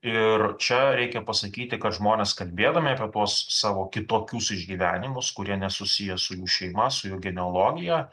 ir čia reikia pasakyti kad žmonės kalbėdami apie tuos savo kitokius išgyvenimus kurie nesusiję su jų šeima su jų genealogija